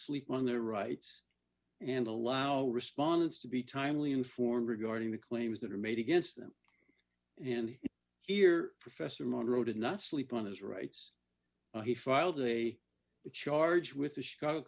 sleep on their rights and allow respondents to be timely informed regarding the claims that are made against them and here professor monro did not sleep on his rights he filed a charge with the chicago